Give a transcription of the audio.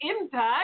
Impact